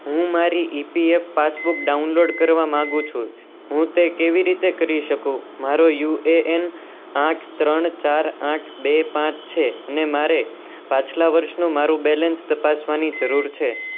હું મારી EPF passbook download કરવા માંગુ છું હું તે કેવી રીતે કરી શકું મારો યુએએન આઠ ત્રણ ચાર આઠ બે પાંચ છે અને મારે પાછલા વર્ષનું મારું બેલેન્સ તપાસવાની જરૂર છે